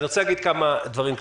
אני רוצה להגיד כמה דברים כלליים: